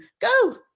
Go